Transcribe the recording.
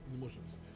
emotions